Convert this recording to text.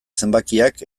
zenbakiak